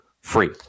free